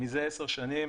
מזה עשר שנים,